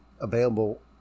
available